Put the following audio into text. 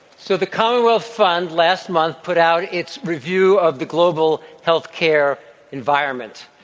so the commonwealth fund last month put out its review of the global health care environment.